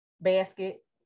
basket